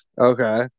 Okay